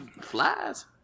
flies